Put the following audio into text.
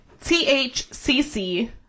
T-H-C-C